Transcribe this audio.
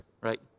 Right